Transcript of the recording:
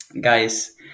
guys